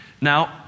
Now